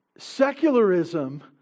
secularism